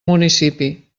municipi